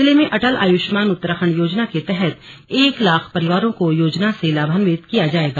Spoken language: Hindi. जिले में अटल आयुष्मान उत्तराखंड योजना के तहत एक लाख परिवारों को योजना से लाभावित किया जाएगा